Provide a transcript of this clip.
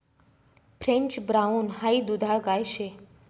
French brown high दुधाळ गाय शे